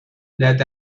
that